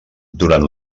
durant